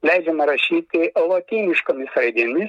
leidžiama rašyti lotyniškomis raidėmis